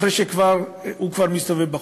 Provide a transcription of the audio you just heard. אחרי שהוא כבר מסתובב בחוץ.